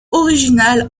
originale